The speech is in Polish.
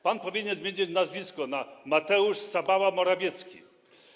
Pan powinien zmienić nazwisko na Mateusz Sabała Morawiecki.